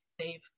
save